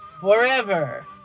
forever